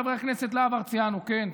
חבר הכנסת להב הרצנו: כן,